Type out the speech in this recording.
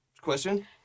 question